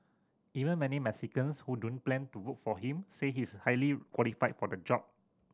even many Mexicans who don't plan to vote for him say he is highly qualified for the job